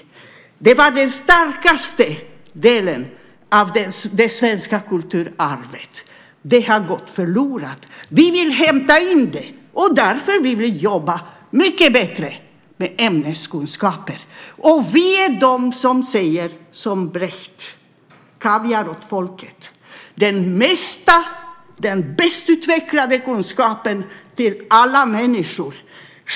Det var den starkaste delen av det svenska kulturarvet. Det har gått förlorat. Vi vill hämta in det. Därför vill vi jobba mycket bättre med ämneskunskaper. Vi säger som Brecht: Kaviar åt folket. Den mesta och bäst utvecklade kunskapen till alla människor.